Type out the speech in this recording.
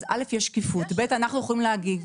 אז יש שקיפות ואנחנו יכולים להגיב.